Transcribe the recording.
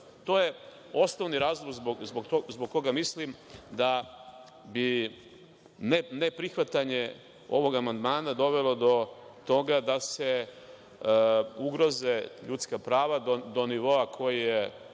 To je osnovni razlog zbog koga mislim da bi ne prihvatanje ovog amandmana dovelo do toga da se ugroze ljudska prava do nivoa koji je